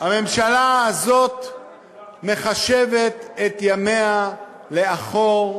הממשלה הזאת מחשבת את ימיה לאחור,